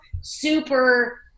super